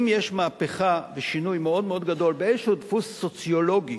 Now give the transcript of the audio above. אם יש מהפכה ושינוי מאוד-מאוד גדול באיזשהו דפוס סוציולוגי